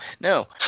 no